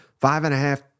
five-and-a-half